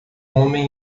homem